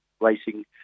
Racing